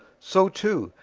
so, too,